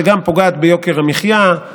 שגם פוגעת ביוקר המחיה,